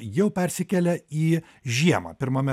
jau persikelia į žiemą pirmame